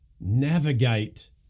navigate